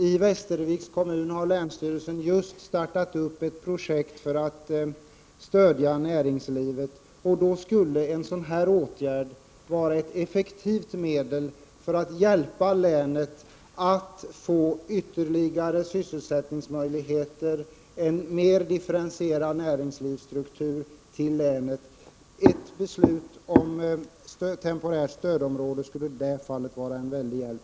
I Västerviks kommun har länsstyrelsen startat ett projekt för att stödja näringslivet, och då skulle en sådan här åtgärd vara ett effektivt medel för att hjälpa länet att få ytterligare sysselsättningsmöjligheter, en mer differentierad näringslivsstruktur till länet. Ett beslut om temporärt stödområde skulle i det fallet vara till stor hjälp.